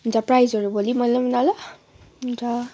हुन्छ प्राइजहरू भोलि मिलाऔँ न ल हुन्छ